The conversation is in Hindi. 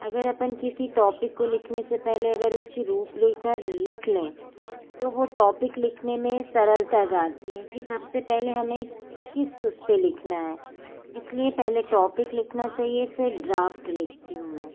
अगर अपन किसी टॉपिक को लिखने से पहले उसकी रुपरेखा लिख लें तो वो टॉपिक लिखने में सरलता आ जाती है कि सबसे पहले हमें किस उस पे लिखना है इसलिए पहले टॉपिक लिखना चाहिए फिर ड्राफ्ट लिखती हूँ मैं